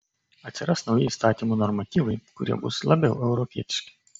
atsiras nauji įstatymų normatyvai kurie bus labiau europietiški